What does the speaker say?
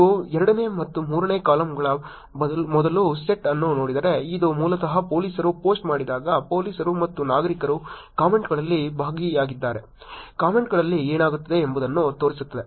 ನೀವು ಎರಡನೇ ಮತ್ತು ಮೂರನೇ ಕಾಲಮ್ಗಳ ಮೊದಲ ಸೆಟ್ ಅನ್ನು ನೋಡಿದರೆ ಇದು ಮೂಲತಃ ಪೊಲೀಸರು ಪೋಸ್ಟ್ ಮಾಡಿದಾಗ ಪೊಲೀಸರು ಮತ್ತು ನಾಗರಿಕರು ಕಾಮೆಂಟ್ಗಳಲ್ಲಿ ಭಾಗಿಯಾಗಿದ್ದರೆ ಕಾಮೆಂಟ್ಗಳಿಗೆ ಏನಾಗುತ್ತದೆ ಎಂಬುದನ್ನು ತೋರಿಸುತ್ತದೆ